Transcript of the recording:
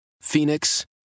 Phoenix